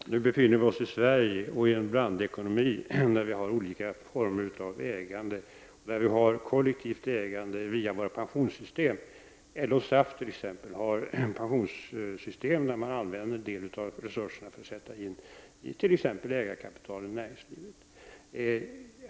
Herr talman! Nu befinner vi oss i Sverige och i en blandekonomi, där vi har olika former av ägande. Vi har kollektivt ägande via våra pensionssystem. LO-SAF, t.ex. har pensionssystem där en del av resurserna sätts in i exempelvis ägarkapital i näringslivet.